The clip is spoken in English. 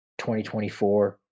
2024